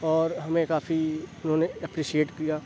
اور ہمیں کافی انہوں نے ایپریشیٹ کیا